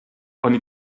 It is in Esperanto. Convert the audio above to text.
oni